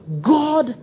God